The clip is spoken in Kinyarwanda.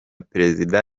perezida